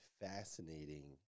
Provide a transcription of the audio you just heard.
fascinating